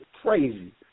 crazy